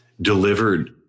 delivered